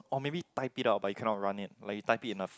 oh maybe type it out but you can not run it like you type it in a